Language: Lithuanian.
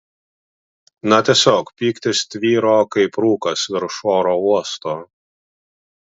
na tiesiog pyktis tvyro kaip rūkas virš oro uosto